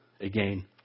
again